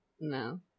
no